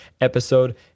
episode